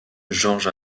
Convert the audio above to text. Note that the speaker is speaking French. georges